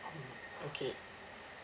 okay